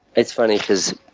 it's funny because,